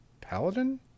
paladin